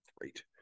great